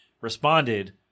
responded